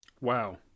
Wow